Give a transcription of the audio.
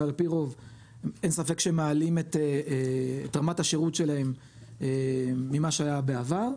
אין ספק שמעלים את רמת השירות שלהם ממה שהיה בעבר,